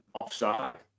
offside